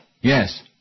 Yes